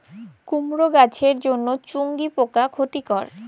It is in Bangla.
কুমড়ো গাছের জন্য চুঙ্গি পোকা ক্ষতিকর?